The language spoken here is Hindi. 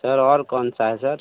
सर और कौन सा है सर